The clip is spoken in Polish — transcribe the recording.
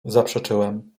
zaprzeczyłem